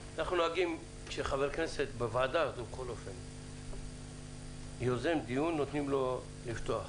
כשחבר כנסת בוועדה יוזם דיון נותנים לו לפתוח.